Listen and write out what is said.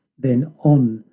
then on,